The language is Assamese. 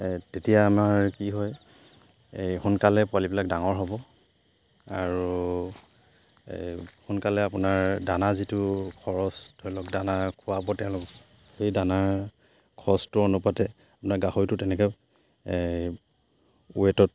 তেতিয়া আমাৰ কি হয় এই সোনকালে পোৱালিবিলাক ডাঙৰ হ'ব আৰু সোনকালে আপোনাৰ দানা যিটো খৰচ ধৰি লওক দানা খোৱাব তেওঁলোক সেই দানা খৰচটোৰ অনুপাতে আপোনাৰ গাহৰিটো তেনেকে ৱেটত